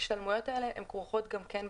השתלמויות האלה כרוכות גם כן בתשלום.